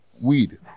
Weed